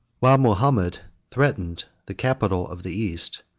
while mahomet threatened the capital of the east,